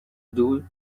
due